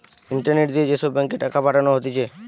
internet দিয়ে যে সব ব্যাঙ্ক এ টাকা পাঠানো হতিছে